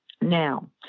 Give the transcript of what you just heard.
Now